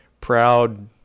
proud